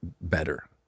better